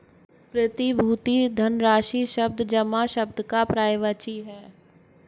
प्रतिभूति धनराशि शब्द जमा शब्द का पर्यायवाची है